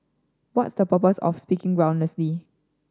what's your purpose of speaking groundlessly